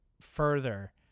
further